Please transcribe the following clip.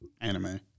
anime